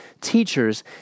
teachers